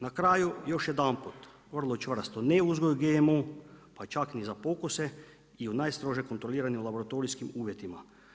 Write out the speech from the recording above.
Na kraju još jedanput, vrlo čvrsto ne uzgoju GMO, pa čak ni za pokuse i u najstrožim kontroliranim laboratorijskim uvjetima.